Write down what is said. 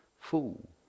fool